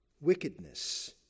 wickedness